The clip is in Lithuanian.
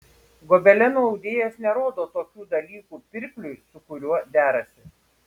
gobelenų audėjas nerodo tokių dalykų pirkliui su kuriuo derasi